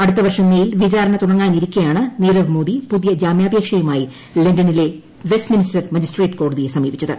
അടുത്തവർഷം മേയിൽ വിചാരണ തുടങ്ങാനിരിക്കെയാണ് നീരവ് മോദി പുതിയ ജാമ്യാപേക്ഷയുമായി ലണ്ടനിലെ വെസ്റ്റ് മിൻസ്റ്റർ മജിസ്ട്രേറ്റ് കോടതിയെ സമീപിച്ചത്